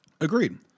Agreed